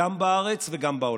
גם בארץ וגם בעולם.